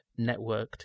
networked